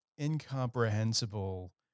incomprehensible